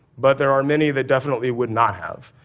but there are many that definitely would not have.